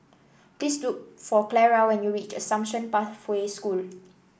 please look for Clara when you reach Assumption Pathway School